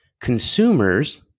consumers